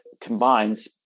combines